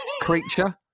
creature